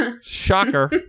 Shocker